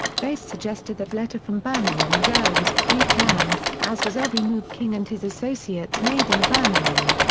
bass suggested that letter from birmingham jail was pre-planned, as was every move king and his associates made in birmingham.